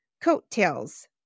coattails